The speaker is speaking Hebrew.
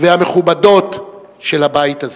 והמכובדות של הבית הזה.